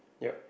yup